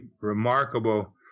remarkable